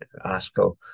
ASCO